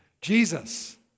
Jesus